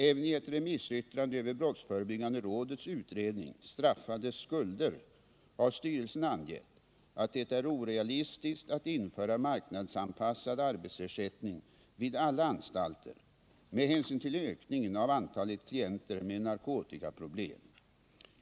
Även i ett remissyttrande över brottsförebyggande rådets utredning Straffades skulder har styrelsen angett att det är orealistiskt att införa marknadsanpassad arbetsersättning vid alla anstalter med hänsyn till ökningen av antalet klienter med narkotikaproblem.